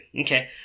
Okay